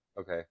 Okay